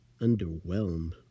underwhelmed